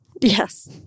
Yes